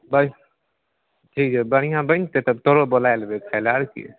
बढ़ ठीक छै बढ़िआँ बनेतै तऽ तोहरो बोलै लेबै खाएलए आओर कि